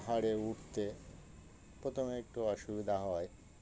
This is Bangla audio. পাহাড়ে উঠতে প্রথমে একটু অসুবিধা হয়